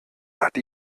hat